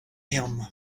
him